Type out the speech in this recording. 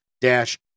dash